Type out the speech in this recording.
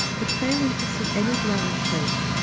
but, failing to see any dwelling-place,